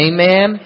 Amen